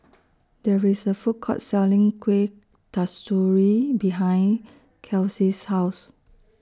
There IS A Food Court Selling Kuih Kasturi behind Kelsea's House